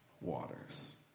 waters